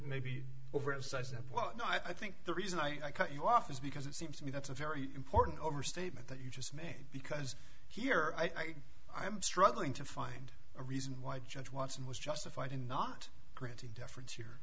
maybe oversights and whatnot i think the reason i cut you off is because it seems to me that's a very important overstatement that you just made because here i am struggling to find a reason why judge watson was justified in not granting deference here